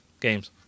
games